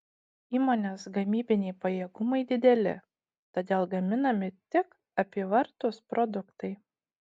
įmonės gamybiniai pajėgumai dideli todėl gaminami tik apyvartūs produktai